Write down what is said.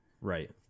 Right